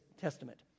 Testament